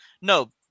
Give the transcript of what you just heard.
No